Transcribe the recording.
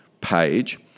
page